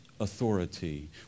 authority